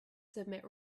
submit